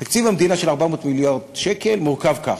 תקציב המדינה של 400 מיליארד שקל מורכב כך: